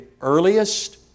earliest